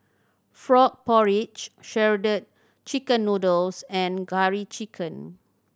frog porridge Shredded Chicken Noodles and Curry Chicken